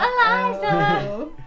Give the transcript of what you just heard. Eliza